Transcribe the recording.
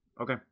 Okay